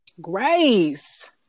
Grace